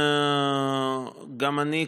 גם אני,